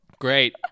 Great